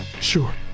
sure